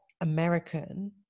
american